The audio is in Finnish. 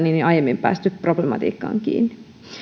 ei ole aiemmin päästy problematiikkaan kiinni